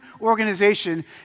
organization